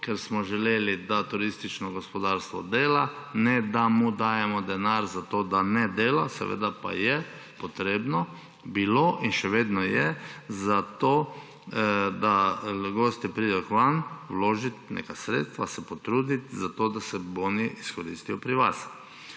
ker smo želeli, da turistično gospodarstvo dela, ne da mu dajemo denar za to, da ne dela. Seveda pa je bilo potrebno in še vedno je za to, da gostje pridejo k vam, vložiti neka sredstva, se potruditi za to, da se boni izkoristijo pri vas.